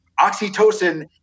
oxytocin